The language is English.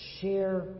share